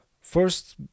first